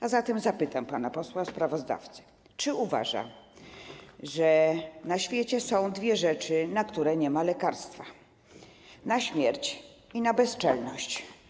A zatem zapytam pana posła sprawozdawcę, czy uważa, że na świecie są dwie rzeczy, na które nie ma lekarstwa: śmierć i bezczelność.